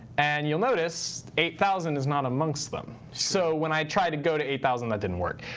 and you'll notice eight thousand is not amongst them. so when i try to go to eight thousand, that didn't work.